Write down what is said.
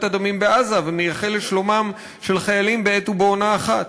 הדמים בעזה ומייחל לשלומם של חיילים בעת ובעונה אחת.